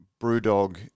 Brewdog